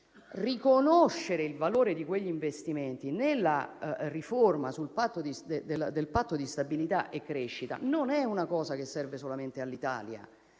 riconoscere il valore di quegli investimenti nella riforma del Patto di stabilità e crescita non serve solamente all'Italia,